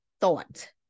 thought